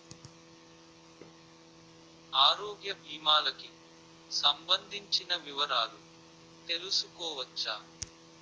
ఆరోగ్య భీమాలకి సంబందించిన వివరాలు తెలుసుకోవచ్చా?